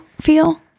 feel